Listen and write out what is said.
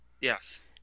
Yes